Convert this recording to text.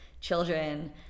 children